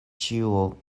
ĉio